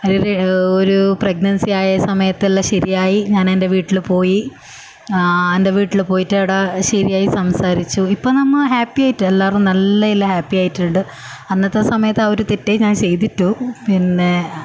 ആ ഒരു ഒരു പ്രഗ്നൻസി ആയ സമയത്തെല്ലാം ശരിയായി ഞാൻ എൻ്റെ വീട്ടിൽ പോയി ആ എൻ്റെ വീട്ടിൽ പോയിട്ട് അവിടെ ശരിയായി സംസാരിച്ചു ഇപ്പോൾ നമ്മൾ ഹാപ്പി ആയിട്ട് എല്ലാവരും നല്ലതിൽ ഹാപ്പി ആയിട്ടുണ്ട് അന്നത്തെ സമയത്ത് ആ ഒരു തെറ്റേ ഞാൻ ചെയ്തിട്ടുള്ളൂ പിന്നെ